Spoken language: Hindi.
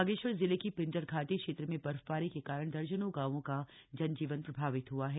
बागेश्वर जिले की पिंडर घाटी क्षेत्र में बर्फबारी के कारण दर्जनों गांवों का जनजीवन प्रभावित हआ है